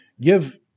give